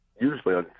usually